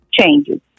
changes